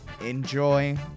enjoy